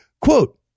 Quote